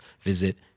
visit